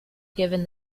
given